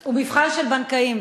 הוא מבחן של בנקאים,